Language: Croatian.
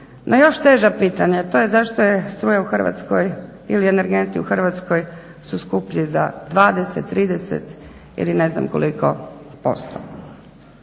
na još teža pitanja, a to je zašto je struja u Hrvatskoj ili energenti u Hrvatskoj su skuplji za 20, 30 ili ne znam koliko posto.